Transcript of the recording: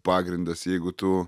pagrindas jeigu tu